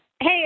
Hey